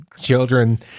children